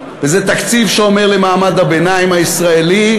וזה תקציב שאומר למעמד הביניים הישראלי: